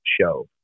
show